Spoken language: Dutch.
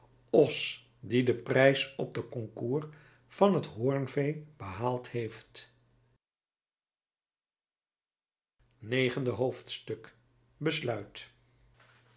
os die den prijs op het konkoers van het hoornvee behaald heeft negende hoofdstuk besluit